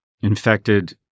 infected